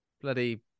bloody